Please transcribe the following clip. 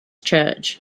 church